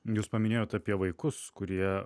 jūs paminėjot apie vaikus kurie